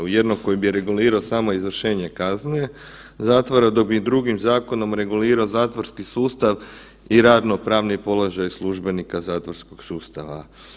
U jednog koji bi regulirao samo izvršenje kazne zatvora, dok bi drugim zakonom regulirao zatvorski sustav i radnopravni položaj službenika zatvorskog sustava.